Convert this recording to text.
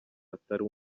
atari